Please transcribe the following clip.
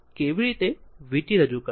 કેવી રીતે v t રજૂ કરશે